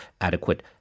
adequate